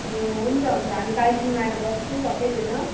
ए हुन्छ हुन्छ हामी कालचिनीमा आएर बस्छौँ सबैजना